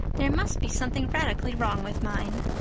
there must be something radically wrong with mine.